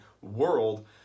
world